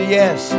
yes